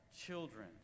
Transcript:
children